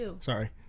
Sorry